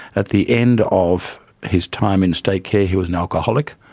at the end of his time in state care he was an alcoholic.